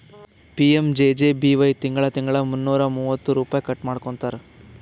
PMJJBY ತಿಂಗಳಾ ತಿಂಗಳಾ ಮುನ್ನೂರಾ ಮೂವತ್ತ ರುಪೈ ಕಟ್ ಮಾಡ್ಕೋತಾರ್